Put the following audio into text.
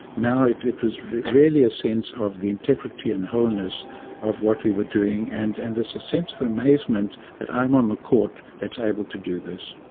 now it it was really a sense of the integrity and wholeness of what we were doing, and and there's a sense of amazement that i'm on the court that's able to do this.